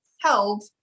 held